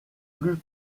plus